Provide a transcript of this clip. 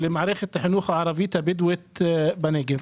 למערכת החינוך הערבית הבדואית בנגב.